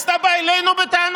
אז אתה בא אלינו בטענות?